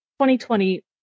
2020